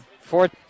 fourth